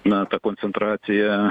na ta koncentracija